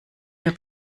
wir